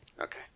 Okay